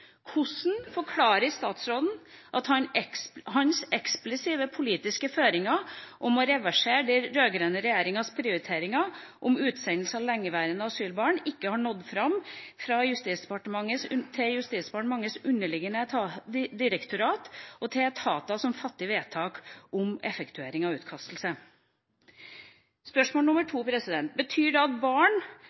Hvordan forklarer statsråden at hans eksplisitte politiske føringer om å reversere den rød-grønne regjeringas prioriteringer om utsendelse av lengeværende asylbarn ikke har nådd fram til Justisdepartementets underliggende direktorat og etater som fatter vedtak om effektuering av utkastelse? Mitt andre spørsmål er: Betyr det at barn